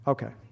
Okay